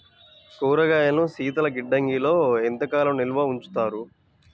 కూరగాయలను శీతలగిడ్డంగిలో ఎంత కాలం నిల్వ ఉంచుతారు?